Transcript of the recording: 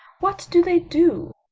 what do they do?